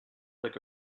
like